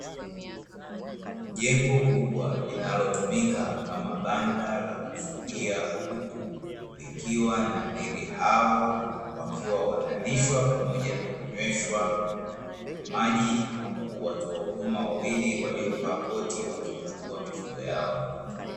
Jengo kubwa linalotumika kama banda la kufugia kuku, likiwa na ndege hao wakiwa wanalishwa pamoja na kunyweshwa maji, huku watoa huduma wawili wakikagua mifugo yao.